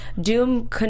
Doom